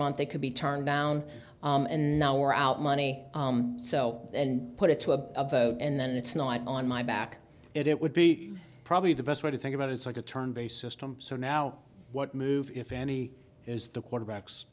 month they could be turned down and now we're out money so and put it to a vote and then it's not on my back it would be probably the best way to think about it so i could turn based system so now what move if any is the quarterback